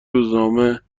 روزنامه